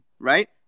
Right